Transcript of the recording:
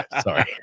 Sorry